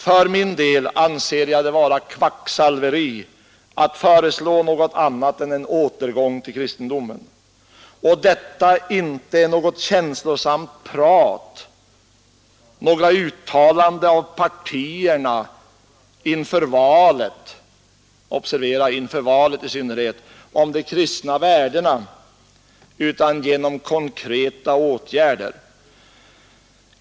För min del anser jag det vara kvacksalveri att föreslå något annat än en återgång till kristendomen, och detta inte i något känslosamt prat, några uttalanden av partierna inför valet — observera inför valet i synnerhet — om de kristna värdena utan genom konkreta åtgärder.